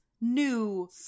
new